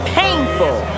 painful